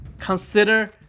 consider